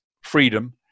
freedom